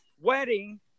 wedding